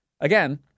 Again